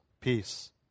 peace